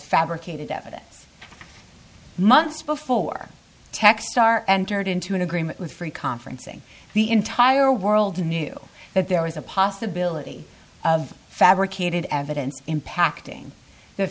fabricated evidence months before tech star entered into an agreement with free conferencing the entire world knew that there was a possibility of fabricated evidence impacting the